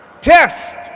Test